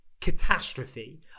catastrophe